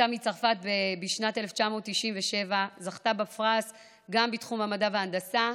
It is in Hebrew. עלתה מצרפת בשנת 1997. גם היא זכתה בפרס בתחום המדע וההנדסה,